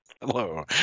Hello